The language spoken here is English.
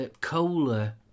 cola